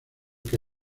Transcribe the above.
que